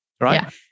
Right